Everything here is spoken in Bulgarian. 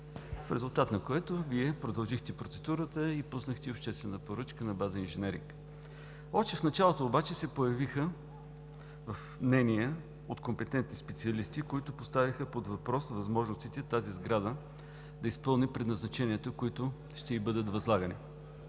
в резултат на което Вие продължихте процедурата и пуснахте обществена поръчка на база инженеринг. Още в началото обаче се появиха мнения от компетентни специалисти, които поставиха под въпрос възможностите тази сграда да изпълни предназначенията, които ще ѝ бъдат възлагани.